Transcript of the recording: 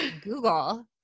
Google